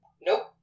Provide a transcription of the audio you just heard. Nope